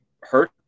hurt